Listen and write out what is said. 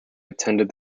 attended